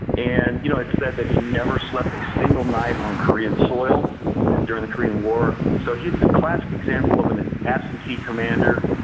and you know it's said that he never slept a single night on korean soil during the korean war. so he's a class example of an absentee commander.